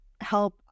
help